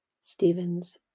Stephen's